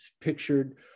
pictured